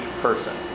person